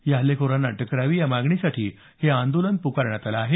या हल्लेखोरांना अटक करावी या मागणीसाठी हे आंदोलन पुकारण्यात आलं आहे